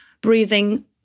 Breathing